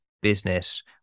business